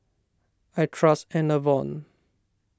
I trust Enervon